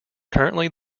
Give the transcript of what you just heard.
currently